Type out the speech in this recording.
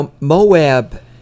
Moab